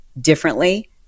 differently